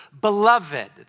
Beloved